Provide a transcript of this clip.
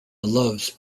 loves